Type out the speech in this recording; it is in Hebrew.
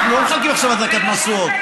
אנחנו לא מחלקים עכשיו הדלקת משואות.